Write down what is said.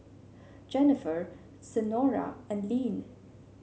Jennifer Senora and Lynne